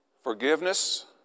forgiveness